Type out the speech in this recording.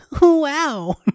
Wow